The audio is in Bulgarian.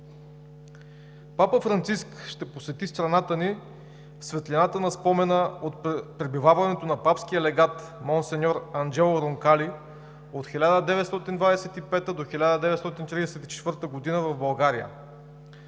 Папа Франциск ще посети страната ни в светлината на спомена от пребиваването на папския легат монсеньор Анджело Ронкали от 1925 г. до 1934 г. в България.